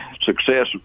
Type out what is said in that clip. success